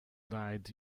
died